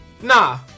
nah